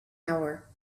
hour